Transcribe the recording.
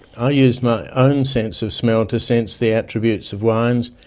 i used my own sense of smell to sense the attributes of wines,